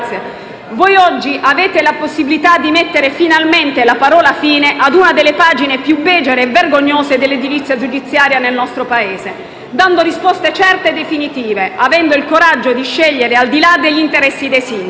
Voi oggi avete la possibilità di mettere finalmente la parola fine a una delle pagine più becere e vergognose dell'edilizia giudiziaria nel nostro Paese, dando risposte certe e definitive e avendo il coraggio di scegliere al di là degli interessi dei singoli.